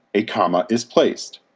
a comma is placed.